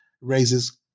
raises